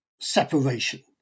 separation